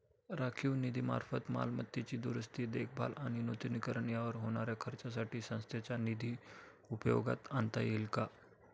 राखीव निधीमार्फत मालमत्तेची दुरुस्ती, देखभाल आणि नूतनीकरण यावर होणाऱ्या खर्चासाठी संस्थेचा निधी उपयोगात आणता येईल का?